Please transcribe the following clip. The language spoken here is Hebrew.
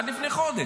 עד לפני חודש: